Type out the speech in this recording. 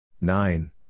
Nine